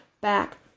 back